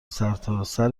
سرتاسر